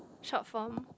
shortform